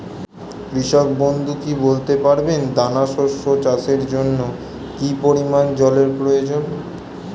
কৃষক বন্ধু কি বলতে পারবেন দানা শস্য চাষের জন্য কি পরিমান জলের প্রয়োজন?